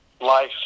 life